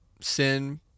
sin